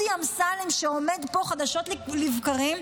דודי אמסלם, שעומד פה חדשות לבקרים,